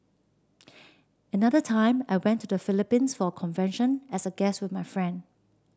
another time I went to the Philippines for a convention as a guest with my friend